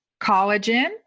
collagen